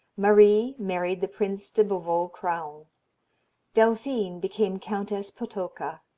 marie married the prince de beauvau-craon delphine became countess potocka,